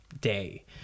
day